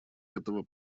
этого